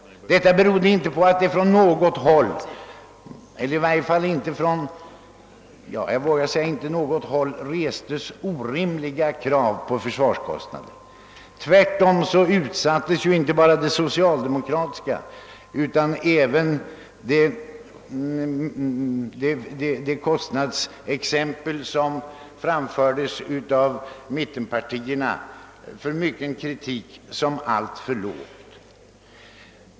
Detta berodde inte på att det restes orimliga krav i fråga om försvarskostnaderna. Inte bara socialdemokraternas utan även mittenpartiernas kostnadsförslag utsattes för mycken kritik; de ansågs vara alltför låga.